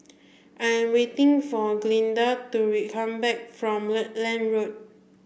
I am waiting for Glinda to come back from Rutland Road